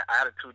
Attitude